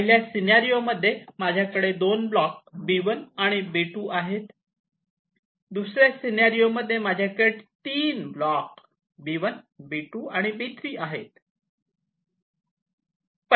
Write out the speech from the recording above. पहिल्या सीनारिओ मध्ये माझ्याकडे 2 ब्लॉक B1 आणि B2 आहेत दुसऱ्या सीनारिओ मध्ये माझ्याकडे तीन ब्लॉक B1 B2 आणि B3 आहेत